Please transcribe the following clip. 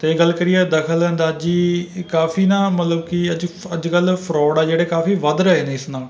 ਅਤੇ ਗੱਲ ਕਰੀਏ ਦਖਲਅੰਦਾਜ਼ੀ ਅ ਕਾਫੀ ਨਾ ਮਤਲਬ ਕਿ ਅੱਜ ਫ ਅੱਜ ਕੱਲ੍ਹ ਫਰੋਡ ਆ ਜਿਹੜੇ ਕਾਫੀ ਵੱਧ ਰਹੇ ਨੇ ਇਸ ਨਾਲ